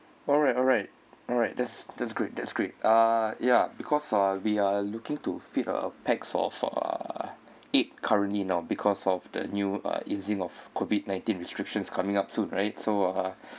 alright alright alright that's that's great that's great uh ya because uh we are looking to fit a pax of uh eight currently now because of the new uh easing of COVID nineteen restrictions coming up soon right so uh